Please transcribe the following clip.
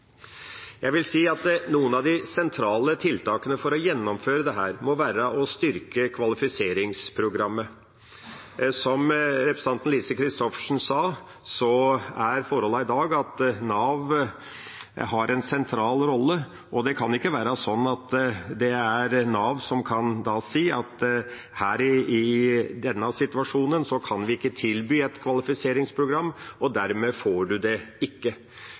Jeg vil si at noen av de sentrale tiltakene for å gjennomføre dette må være å styrke kvalifiseringsprogrammet. Som representanten Lise Christoffersen sa, er forholdene i dag slik at Nav har en sentral rolle. Det kan ikke være slik at Nav kan si at i denne situasjonen kan vi ikke tilby et kvalifiseringsprogram, og dermed får en det ikke.